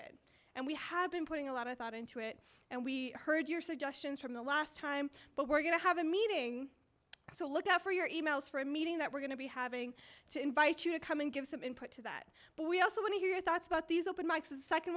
it and we have been putting a lot of thought into it and we heard your suggestions from the last time but we're going to have a meeting so look out for your e mails for a meeting that we're going to be having to invite you to come and give some input to that but we also want to hear your thoughts about these open m